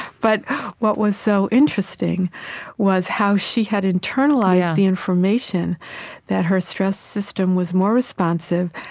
but what was so interesting was how she had internalized the information that her stress system was more responsive,